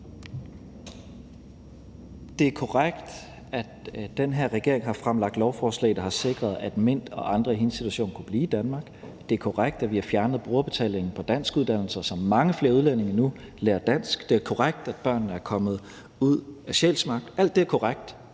Det er korrekt, at den her regering har fremsat lovforslag, der har sikret, at Mint og andre i hendes situation kunne blive i Danmark. Det er korrekt, at vi har fjernet brugerbetalingen på danskuddannelser, så mange flere udlændinge nu lærer dansk. Det er korrekt, at børnene er kommet ud af Sjælsmark. Alt det er korrekt,